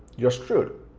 you're screwed.